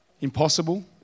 Impossible